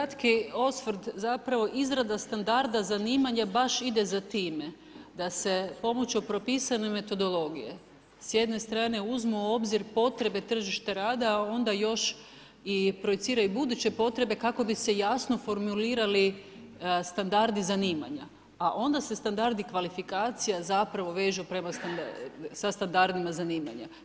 Vrlo kratki osvrt zapravo izrada standarda zanimanja baš ide za time da se pomoću propisane metodologije s jedne strane uzmu u obzir potrebe tržišta rada, onda još i projicira buduće potrebe kako bi se jasno formulirali standardi zanimanja, a onda se standardi kvalifikacija zapravo vežu sa standardima zanimanja.